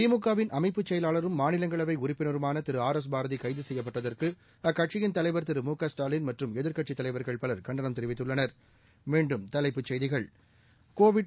திமுக வின் அமைப்புச் செயலாளரும் மாநிலங்களவை உறுப்பினருமான திரு ஆர் எஸ் பாரதி கைது செய்யப்பட்டதற்கு அக்கட்சியின் தலைவா் திரு மு க ஸ்டாலின் மற்றும் எதிா்க்கட்சித் தலைவா்கள் பலர் கண்டனம் தெரிவித்துள்ளனா்